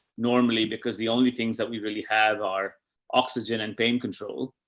normally because the only things that we really have are oxygen and pain control.